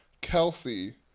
Kelsey